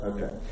Okay